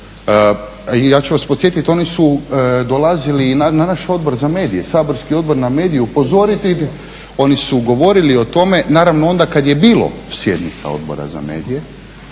Ja ću vas podsjetiti oni su dolazili i na naš Odbor za medije, saborski Odbor za medije, upozoriti, oni su govorili o tome naravno onda kad je bilo sjednica Odbora za medije